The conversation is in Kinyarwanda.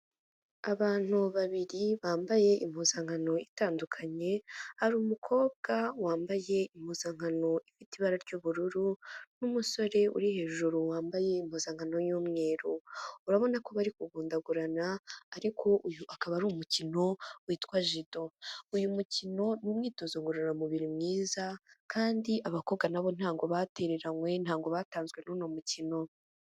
Abantu babiri bambaye impuzankano itandukanye, hari umukobwa wambaye impuzankano ifite ibara ry'ubururu n'umusore uri hejuru wambaye impuzankano y'umweru, urabona ko bari kugundagurana ariko uyu akaba ari umukino witwa jido, uyu mukino ni umwitozo ngororamubiri mwiza kandi abakobwa nabo ntabwo batereranywe ntabwo batanzwe n'uno mukino.